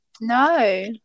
no